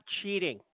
cheating